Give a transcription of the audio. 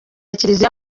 kiliziya